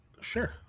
sure